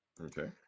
Okay